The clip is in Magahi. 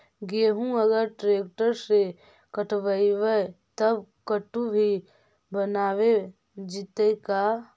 गेहूं अगर ट्रैक्टर से कटबइबै तब कटु भी बनाबे जितै का?